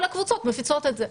כל הקבוצות מפיצות את זה,